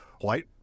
white